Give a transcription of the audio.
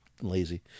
lazy